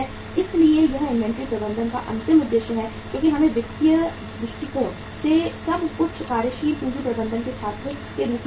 इसलिए यह इन्वेंट्री प्रबंधन का अंतिम उद्देश्य है क्योंकि हमें वित्तीय कोण से सब कुछ कार्यशील पूंजी प्रबंधन के छात्र के रूप में देखना है